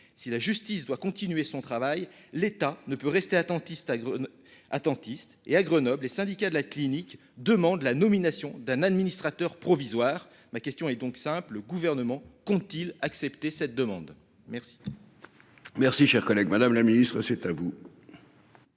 Si la justice doit continuer son travail. L'État ne peut rester attentiste. Attentiste et à Grenoble et syndicats de la clinique demande la nomination d'un administrateur provisoire. Ma question est donc simple, le gouvernement compte-t-il accepté cette demande. Merci. Merci cher collègue. Madame la Ministre c'est à vous.